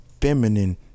feminine